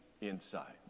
inside